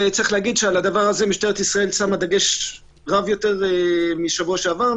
על זה משטרת ישראל שמה דגש רב יותר משבוע שעבר.